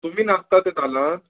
तुमी नासता तें धालान